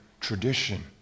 tradition